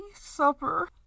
supper